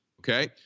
okay